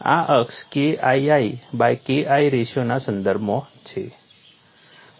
આ અક્ષ KII by KI રેશિયોના સંદર્ભમાં છે